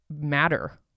matter